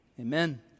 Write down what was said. Amen